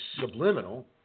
subliminal